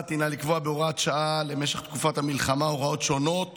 המוצעת הינה לקבוע בהוראת שעה למשך תקופת המלחמה הוראות שונות